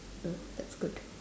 oh that's good